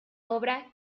obra